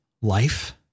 life